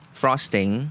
frosting